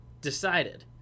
decided